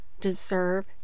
deserve